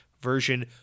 version